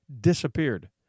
disappeared